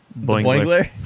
Boingler